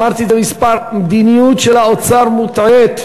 אמרתי את זה כמה פעמים: המדיניות של האוצר מוטעית.